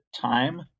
time